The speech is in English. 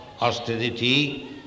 austerity